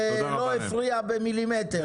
ולא הפריעה במילימטר.